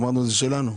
אמרנו שזה שלנו.